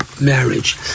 marriage